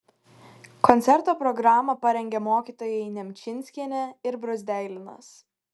koncerto programą parengė mokytojai nemčinskienė ir bruzdeilinas